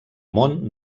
món